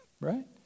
Right